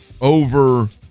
over